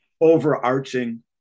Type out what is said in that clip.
overarching